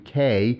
UK